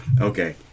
Okay